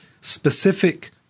specific